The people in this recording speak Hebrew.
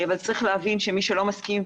אבל צריך להבין שמי שלא מסכים,